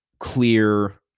Clear